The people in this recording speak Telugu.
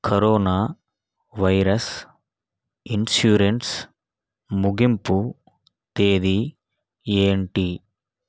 కరోనా వైరస్ ఇన్సూరెన్స్ ముగింపు తేదీ ఏంటి